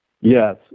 Yes